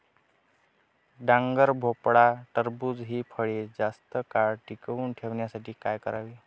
डांगर, भोपळा, टरबूज हि फळे जास्त काळ टिकवून ठेवण्यासाठी काय करावे?